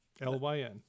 L-Y-N